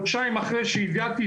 חודשיים אחרי שהגעתי,